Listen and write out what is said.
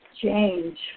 Change